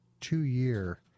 two-year